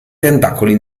tentacoli